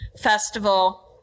festival